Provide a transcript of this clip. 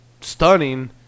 stunning